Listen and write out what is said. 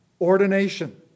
ordination